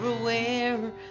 aware